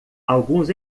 alguns